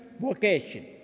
vocation